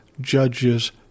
Judges